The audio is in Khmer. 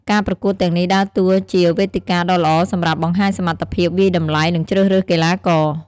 ការប្រកួតទាំងនេះដើរតួជាវេទិកាដ៏ល្អសម្រាប់ បង្ហាញសមត្ថភាព វាយតម្លៃ និងជ្រើសរើសកីឡាករ។